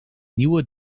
nieuwe